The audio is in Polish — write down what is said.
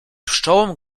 pszczołom